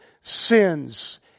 sins